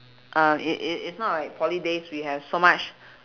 uh it it it's not like poly days we have so much